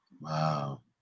Wow